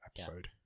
episode